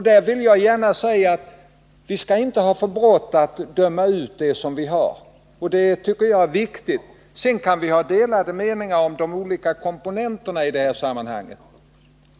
Jag vill därför gärna säga, att vi inte skall ha för bråttom att döma ut det vi har — det tycker jag är viktigt. Sedan kan man ha olika meningar om de olika komponenterna i det här sammanhanget.